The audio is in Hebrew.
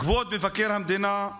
כבוד מבקר המדינה,